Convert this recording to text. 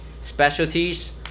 specialties